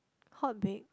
hot bake